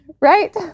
Right